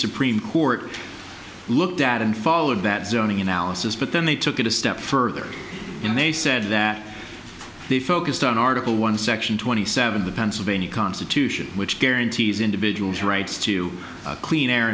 supreme court looked at and followed that zoning analysis but then they took it a step further and they said that they focused on article one section twenty seven the pennsylvania constitution which guarantees individuals rights to clean air